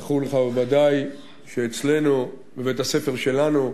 זכור לך בוודאי שאצלנו, בבית-הספר שלנו,